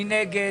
מי נגד?